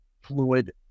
fluid